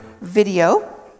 video